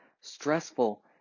stressful